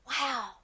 Wow